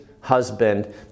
husband